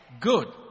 Good